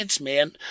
man